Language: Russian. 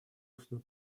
устную